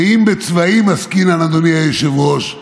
ואם בצבעים עסקינן, אדוני היושב-ראש,